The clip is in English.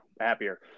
happier